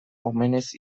omenez